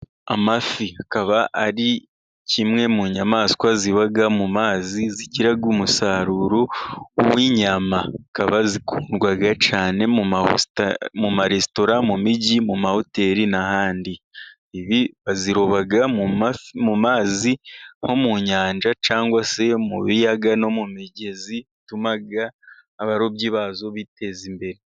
Amafi akaba ari kimwe mu nyamaswa ziba mu mazi, zigira umusaruro w'inyama zikaba zikundwa cyane mu maresitora, mu mijyi ,mu mahoteli, n'ahandi. Baziroba mu mazi nko mu nyanja, cyangwa se mu biyaga ,no mu migezi. Bituma abarobyi bayo biteza imbere.